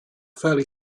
fairly